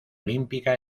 olímpica